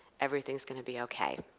everything is going to be ok.